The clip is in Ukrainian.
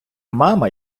мама